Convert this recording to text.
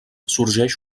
sorgeix